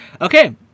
Okay